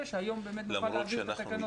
שהיום באמת נוכל להעביר את התקנות.